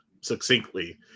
succinctly